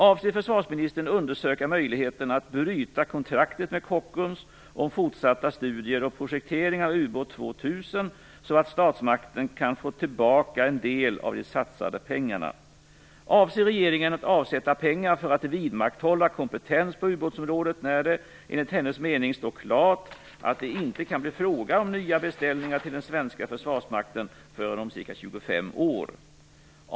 Avser försvarsministern undersöka möjligheten att bryta kontraktet med Kockums om fortsatta studier och projektering av ubåt 2000 så att statsmakterna kan få tillbaka en del av de satsade pengarna? - Avser regeringen att avsätta pengar för att vidmakthålla kompetens på utbåtsområdet när det - enligt hennes mening - står klart att det inte kan bli fråga om nya beställningar till den svenska försvarsmakten förrän om ca 25 år?